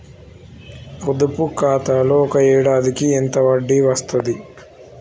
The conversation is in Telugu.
పొదుపు ఖాతాలో ఒక ఏడాదికి ఎంత వడ్డీ వస్తది?